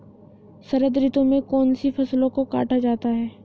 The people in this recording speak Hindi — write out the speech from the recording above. शरद ऋतु में कौन सी फसलों को काटा जाता है?